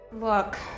look